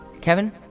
Kevin